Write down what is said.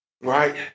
right